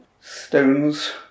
stones